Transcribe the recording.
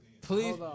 Please